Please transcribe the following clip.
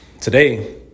Today